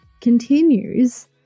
continues